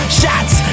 shots